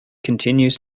continues